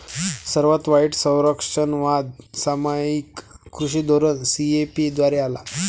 सर्वात वाईट संरक्षणवाद सामायिक कृषी धोरण सी.ए.पी द्वारे आला